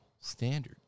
Standard